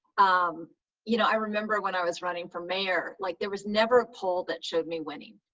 um you know i remember when i was running for mayor, like there was never a poll that showed me winning.